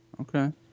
Okay